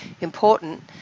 important